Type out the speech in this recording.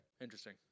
Interesting